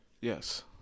Yes